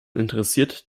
interessiert